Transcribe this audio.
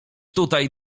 tutaj